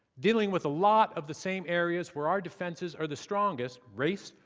dealing with a lot of the same areas where our defenses are the strongest race,